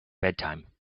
bedtime